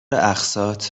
اقساط